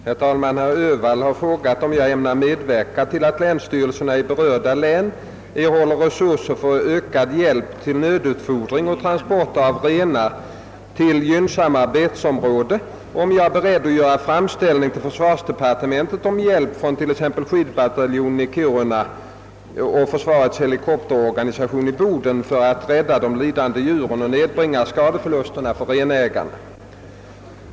Herr talman! Herr Öhvall har frågat mig om jag ämnar medverka till att länsstyrelserna i berörda län erhåller resurser för ökad hjälp till nödutfodring och transport av renar till gynnsammare betesområden och om jag är beredd att göra framställning till försvarsdepartementet om hjälp från t.ex. skidbataljon i Kiruna och försvarets helikopterorganisation i Boden för att rädda de lidande djuren och nedbringa skadeförlusterna för renägarna.